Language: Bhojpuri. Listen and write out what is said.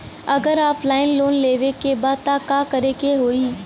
अगर ऑफलाइन लोन लेवे के बा त का करे के होयी?